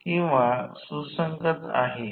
तर तेथे हे सर्व संबंध वापरा